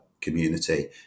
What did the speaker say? community